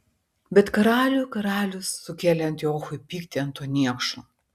bet karalių karalius sukėlė antiochui pyktį ant to niekšo